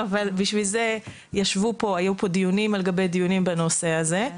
אבל היו פה דיונים על גבי דיונים בנושא הזה,